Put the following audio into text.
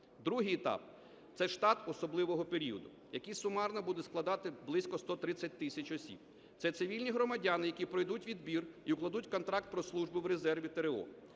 Другий етап – це штат особливого періоду, який сумарно буде складати близько 130 тисяч осіб. Це цивільні громадяни, які пройдуть відбір і укладуть контракт про службу в резерві ТрО.